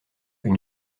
une